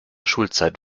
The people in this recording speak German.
schulzeit